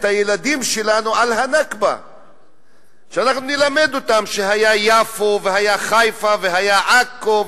הילדים שלנו על ה"נכבה"; אנחנו נלמד אותם שהיה יפו והיה חיפה והיה עכו,